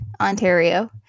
Ontario